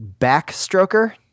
backstroker